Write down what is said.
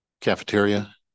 cafeteria